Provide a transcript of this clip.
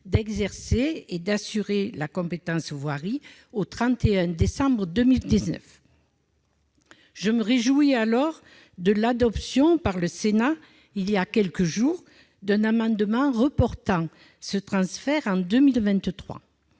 d'exercer et d'assurer la compétence voirie au 31 décembre 2019. Je me réjouis donc de l'adoption par le Sénat voilà quelques jours d'un amendement ayant pour objet de